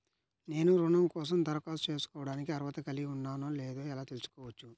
నేను రుణం కోసం దరఖాస్తు చేసుకోవడానికి అర్హత కలిగి ఉన్నానో లేదో ఎలా తెలుసుకోవచ్చు?